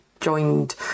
joined